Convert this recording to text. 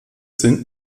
sind